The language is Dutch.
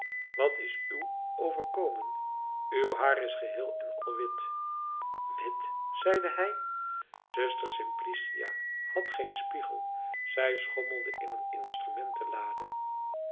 wat is uw overkomen uw haar is geheel en al wit wit zeide hij zuster simplicia had geen spiegel zij schommelde in een instrumentlade